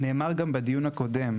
וזה נאמר גם בדיון הקודם,